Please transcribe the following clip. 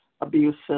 abusive